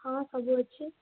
ହଁ ସବୁ ଅଛି